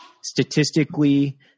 statistically